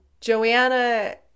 Joanna